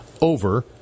over